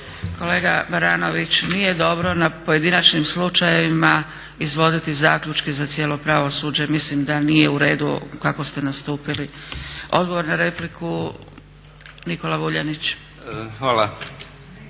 Kolega Baranović, nije dobro na pojedinačnim slučajevima izvoditi zaključke za cijelo pravosuđe. Mislim da nije u redu kako ste nastupili. Odgovor na repliku Nikola Vuljanić.